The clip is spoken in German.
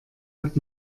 hat